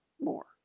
more